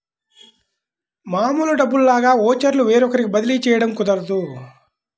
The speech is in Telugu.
మామూలు డబ్బుల్లాగా ఓచర్లు వేరొకరికి బదిలీ చేయడం కుదరదు